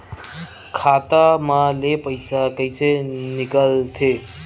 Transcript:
खाता मा ले पईसा कइसे निकल थे?